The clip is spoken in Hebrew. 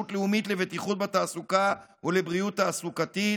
לאומית לבטיחות בתעסוקה ולבריאות תעסוקתית,